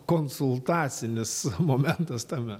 konsultacinis momentas tame